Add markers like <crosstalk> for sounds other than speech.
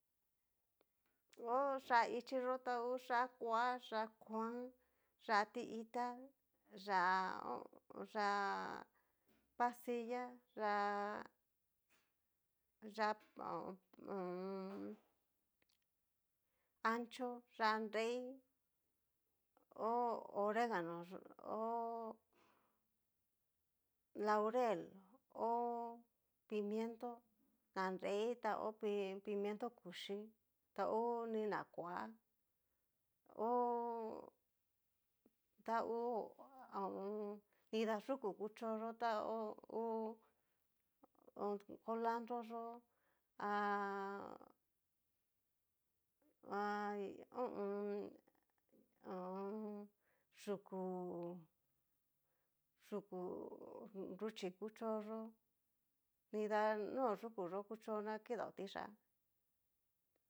Ho yá'a hichí hyó ta ngu yá'a kua, yá'a kuan, yá'a ti itá, yá'a ho <hesitation> yá'a pasilla, yá'a <hesitation> ho o on. ancho, yá'a nrei, ho oregano, ho laurel, ho pimientó. ho ña nrei, ta ho pimkento kuchí, ta honi na kua, ho tangu nida yuku kuchonyó, <hesitation> ho colandro yó, <hesitation> hay ho o on. <hesitation> yuku yuku nruchí kuchó yó nida no yuku yó kucho na kidao tiyá.